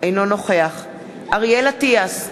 אינו נוכח אריאל אטיאס,